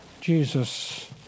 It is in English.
Jesus